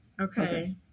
Okay